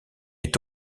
est